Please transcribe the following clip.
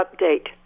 update